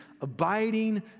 abiding